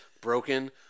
broken